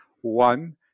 one